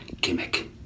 gimmick